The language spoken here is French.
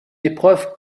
épreuve